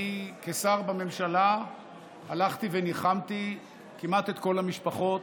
כשר בממשלה אני הלכתי וניחמתי כמעט את כל המשפחות,